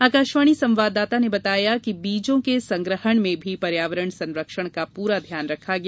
आकाशवाणी संवाददाता ने बताया है कि बीजों के संग्रहण में भी पर्यावरण सरंक्षण का पूरा ध्यान रखा गया